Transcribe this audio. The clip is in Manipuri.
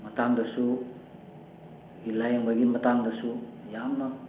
ꯃꯇꯥꯡꯗꯁꯨ ꯑꯗꯨꯗꯒꯤ ꯂꯥꯏꯌꯦꯡꯕꯒꯤ ꯃꯇꯥꯡꯗꯁꯨ ꯌꯥꯝꯅ